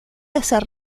hacer